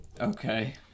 Okay